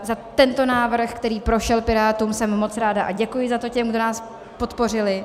Za tento návrh, který prošel Pirátům, jsem moc ráda a děkuji za to těm, kdo nás podpořili.